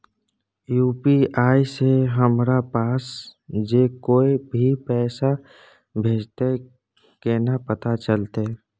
UPI से हमरा पास जे कोय भी पैसा भेजतय केना पता चलते?